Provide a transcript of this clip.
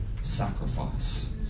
sacrifice